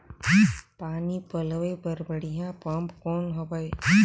पानी पलोय बर बढ़िया पम्प कौन हवय?